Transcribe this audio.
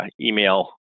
email